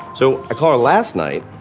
so i call last night.